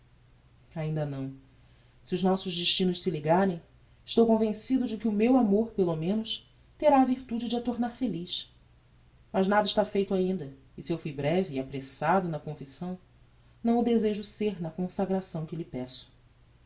ainda não se os nossos destinos se ligarem estou convencido de que o meu amor pelo menos terá a virtude de a tornar feliz mas nada está feito ainda e se eu fui breve e apressado na confissão não o desejo ser na consagração que lhe peço